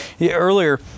earlier